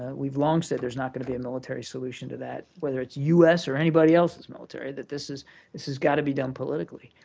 we've long said there's not going to be a military solution to that, whether it's u s. or anybody else's military, that this is this has got to be done politically.